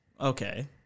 okay